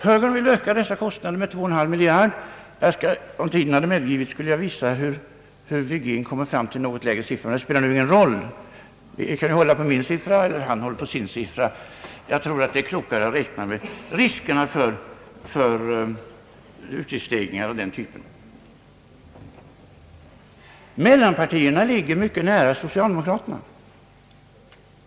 Högern vill öka dessa kostnader med 2,5 miljarder. Om tiden hade medgivit det, skulle jag vilja visa hur herr Virgin kommer fram till en något lägre siffra, men det spelar ingen roll — jag kan hålla på min siffra och han håller på sin siffra. Jag anser att det är klokare att räkna med riskerna för utgiftsstegringar av den typ det här gäller. Mellanpartierna ligger nära socialdemokraterna med sitt bud.